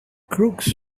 crooks